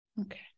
Okay